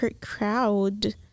Crowd